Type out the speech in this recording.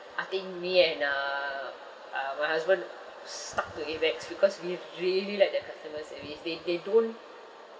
I think me and uh uh my husband s~ stuck to Amex because we really like their customer service they they don't